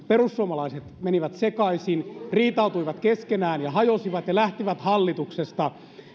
perussuomalaiset menivät sekaisin riitautuivat keskenään ja hajosivat ja lähtivät hallituksesta